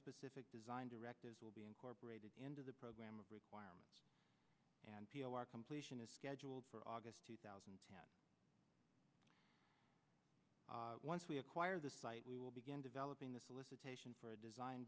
specific design directives will be incorporated into the program of requirements and p o r completion is scheduled for august two thousand and ten once we acquire the site we will begin developing the solicitation for a design